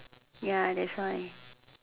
ya that's why